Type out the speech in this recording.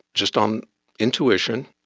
just on intuition,